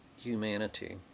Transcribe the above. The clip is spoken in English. humanity